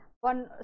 one